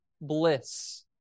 bliss